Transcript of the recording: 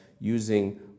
using